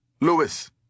Lewis